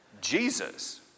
Jesus